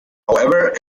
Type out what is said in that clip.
however